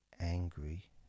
angry